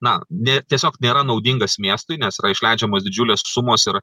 na ne tiesiog nėra naudingas miestui nes yra išleidžiamos didžiulės sumos ir